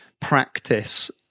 practice